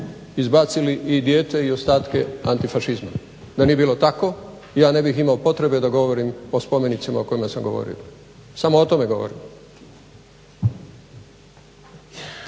izbacili i dijete i ostatke antifašizma. Da nije bilo tako ja ne bih imao potrebe da govorim o spomenicima o kojima sam govorio. Samo o tome govorim.